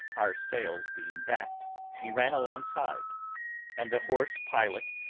our sails being backed, she ran alongside and the hoarse pilot,